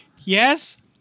Yes